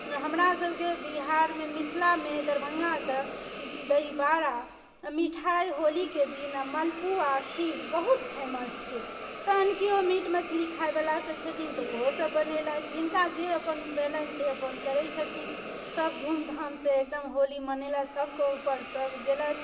हमरासभके बिहारमे मिथिलामे दरभंगाके दहीवड़ा आ मिठाइ होलीके दिन आ मालपुआ खीर बहुत फेमस छै तहन कियो मीट मछली खायवला सभ छथिन तऽ ओहो सभ बनेलथि जिनका जे अपन भेलनि से अपन करै छथिन सभ धूमधामसँ एकदम होली मनेलथि सभके ऊपर सभ गेलथि